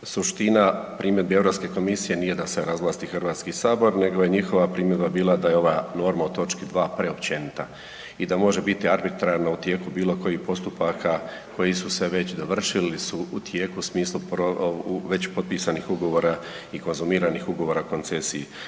suština primjedbi Europske komisije nije da se razvlasti HS nego je njihova primjedba bila da je ova norma u točki 2 preopćenita i da može biti arbitrarna u tijeku bilo kojih postupaka koji su se već dovršili ili su u tijeku u smislu već potpisanih ugovora i konzumiranih Ugovora o koncesiji.